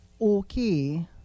okay